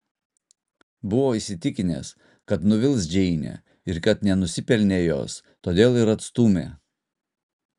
buvo įsitikinęs kad nuvils džeinę ir kad nenusipelnė jos todėl ir atstūmė